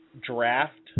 draft